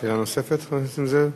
שאלה נוספת, חבר הכנסת נסים זאב?